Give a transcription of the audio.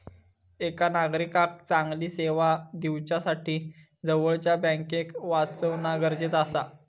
एका नागरिकाक चांगली सेवा दिवच्यासाठी जवळच्या बँकेक वाचवणा गरजेचा आसा